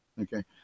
okay